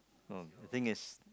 oh the thing is